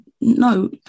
no